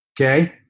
Okay